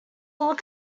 look